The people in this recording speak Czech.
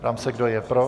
Ptám se, kdo je pro.